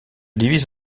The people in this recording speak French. divise